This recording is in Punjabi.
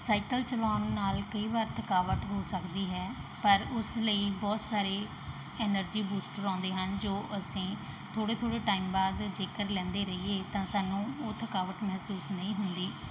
ਸਾਈਕਲ ਚਲਾਉਣ ਨਾਲ ਕਈ ਵਾਰ ਥਕਾਵਟ ਹੋ ਸਕਦੀ ਹੈ ਪਰ ਉਸ ਲਈ ਬਹੁਤ ਸਾਰੇ ਐਨਰਜੀ ਬੂਸਟਰ ਆਉਂਦੇ ਹਨ ਜੋ ਅਸੀਂ ਥੋੜ੍ਹੇ ਥੋੜ੍ਹੇ ਟਾਈਮ ਬਾਅਦ ਜੇਕਰ ਲੈਂਦੇ ਰਹੀਏ ਤਾਂ ਸਾਨੂੰ ਉਹ ਥਕਾਵਟ ਮਹਿਸੂਸ ਨਹੀਂ ਹੁੰਦੀ